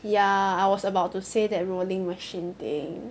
ya I was about to say that rolling machine thing